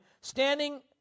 standing